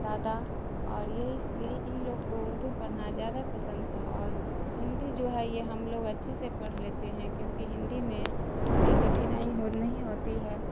دادا اور یہی ان لوگ کو اردو پڑھنا زیادہ پسند تھا اور ہندی جو ہے یہ ہم لوگ اچھے سے پڑھ لیتے ہیں کیونکہ ہندی میں کوئی کٹھنائی ہو نہیں ہوتی ہے